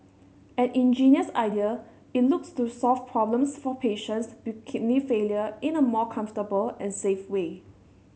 an ingenious idea it looks to solve problems for patients with kidney failure in a more comfortable and safe way